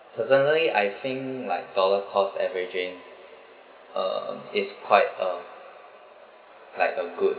personally I think like dollar cost averaging um is quite uh like a good